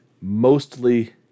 mostly